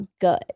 good